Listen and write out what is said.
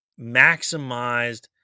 maximized